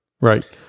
right